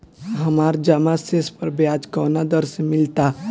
हमार जमा शेष पर ब्याज कवना दर से मिल ता?